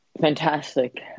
fantastic